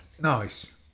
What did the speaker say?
Nice